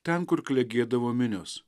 ten kur klegėdavo minios